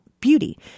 beauty